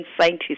scientists